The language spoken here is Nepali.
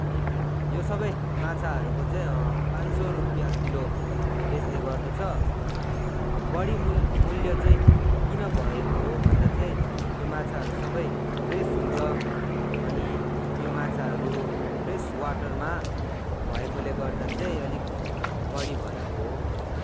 अनि यो सबै माछाहरूको चाहिँ पाँच सय रुपियाँ किलो बेच्ने गर्दछ बढी मूल मूल्य चाहिँ किन भएको हो भन्दा चाहिँ यो माछाहरू सबै फ्रेस हुन्छ अनि यो माछाहरू फ्रेस वाटरमा भएकोले गर्दा चाहिँ अलिक बढी भएको हो